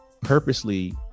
purposely